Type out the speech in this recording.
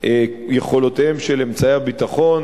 יכולותיהם של אמצעי הביטחון,